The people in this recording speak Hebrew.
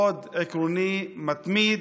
מאוד עקרוני, מתמיד,